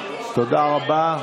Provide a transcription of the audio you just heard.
תודה רבה.